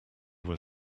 were